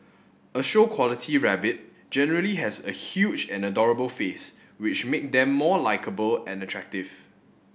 a show quality rabbit generally has a huge and adorable face which make them more likeable and attractive